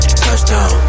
touchdown